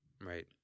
Right